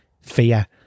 fear